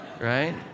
right